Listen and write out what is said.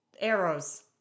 Arrows